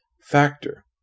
factor